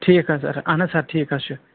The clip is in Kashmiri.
ٹھیٖک حظ سَر اہَن حظ سَر ٹھیٖک حظ چھ